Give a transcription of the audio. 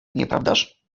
nieprawdaż